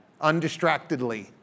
undistractedly